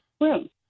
room